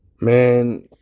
Man